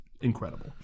incredible